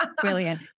Brilliant